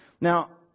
Now